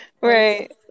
Right